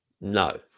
no